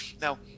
now